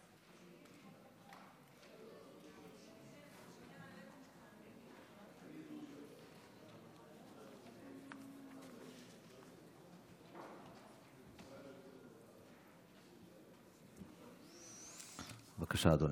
בבקשה, אדוני.